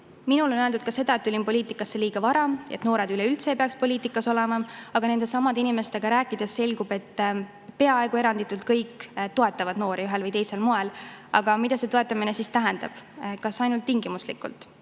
Minule on öeldud ka seda, et tulin poliitikasse liiga vara, et noored üleüldse ei peaks poliitikas olema, aga nendesamade inimestega rääkides selgub, et peaaegu eranditult kõik toetavad noori ühel või teisel moel. Aga mida see toetamine tähendab? Kas ainult tingimuslikult?